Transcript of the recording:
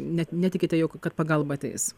net netikite jog kad pagalba ateis